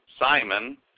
Simon